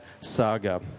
saga